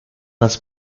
las